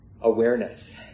awareness